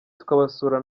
tukabasura